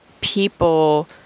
people